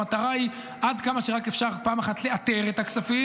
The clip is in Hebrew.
המטרה היא פעם אחת לאתר את הכספים